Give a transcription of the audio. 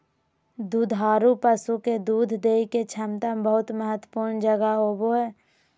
दुधारू पशु के दूध देय के क्षमता के बहुत ही महत्वपूर्ण जगह होबय हइ